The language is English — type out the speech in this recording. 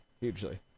hugely